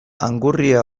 angurria